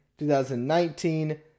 2019